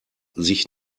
sich